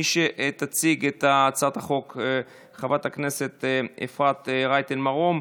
מי שתציג את הצעת החוק היא חברת הכנסת אפרת רייטן מרום.